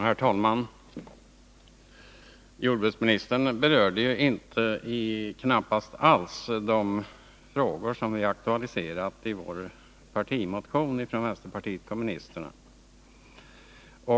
Herr talman! Jordbruksministern berörde knappast alls de frågor som vi i vänsterpartiet kommunisterna aktualiserat i vår partimotion.